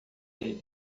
ele